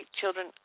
children